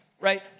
right